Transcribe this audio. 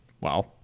Wow